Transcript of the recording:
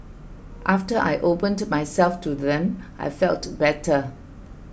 after I opened myself to them I felt better